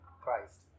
Christ